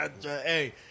Hey